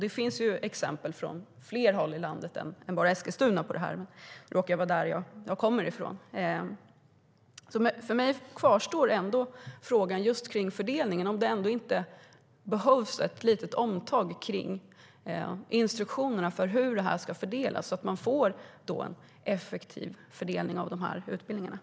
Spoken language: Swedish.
Det finns exempel från fler håll i landet än Eskilstuna, men det råkar vara där jag kommer från.